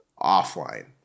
offline